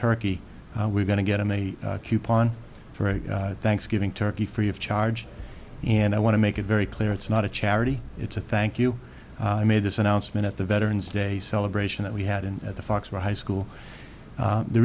turkey we're going to get them a coupon for thanksgiving turkey free of charge and i want to make it very clear it's not a charity it's a thank you i made this announcement at the veterans day celebration that we had in at the fox for high school